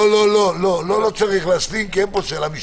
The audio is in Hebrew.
לא, אין צורך להשלים כי אין פה שאלה משפטית.